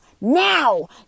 now